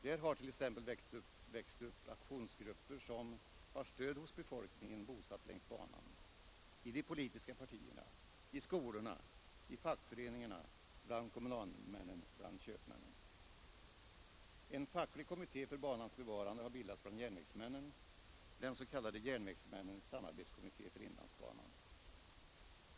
Där har t.ex. växt upp aktionsgrupper som har stöd hos befolkningen längs banan — i de politiska partierna, i skolorna, i fackföreningarna, bland kommunalmännen och bland köpmännen. En facklig kommitté för banans bevarande har bildats bland järnvägsmännen — den kallas Järnvägsmännens samarbetskommitté för inlandsbanan.